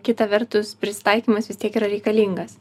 kita vertus prisitaikymas vis tiek yra reikalingas